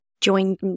join